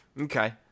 Okay